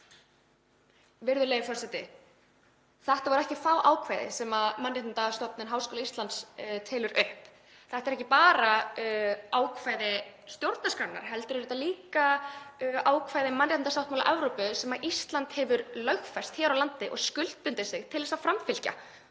Virðulegi forseti. Þetta eru ekki fá ákvæði sem Mannréttindastofnun Háskóla Íslands telur upp. Þetta eru ekki bara ákvæði stjórnarskrárinnar heldur líka ákvæði mannréttindasáttmála Evrópu sem Ísland hefur lögfest hér á landi og skuldbundið sig til að framfylgja